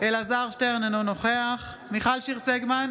אלעזר שטרן, אינו נוכח מיכל שיר סגמן,